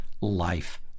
life